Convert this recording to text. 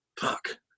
Fuck